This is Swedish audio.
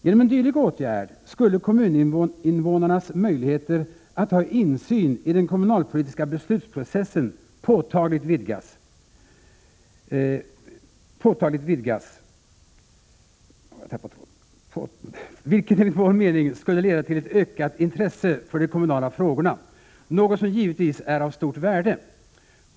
Genom en dylik åtgärd skulle kommuninvånarnas möjligheter att ha insyn i den kommunalpolitiska beslutsprocessen påtagligt vidgas, vilket enligt vår mening skulle leda till ett ökat intresse för de kommunala frågorna, något som givetvis är av stort värde.